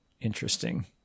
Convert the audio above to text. interesting